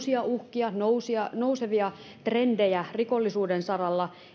uusia uhkia nousevia nousevia trendejä rikollisuuden saralla